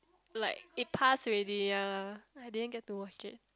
like it passed already ya I didn't get to watch it